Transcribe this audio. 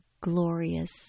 glorious